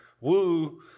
woo